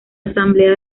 asamblea